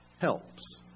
Helps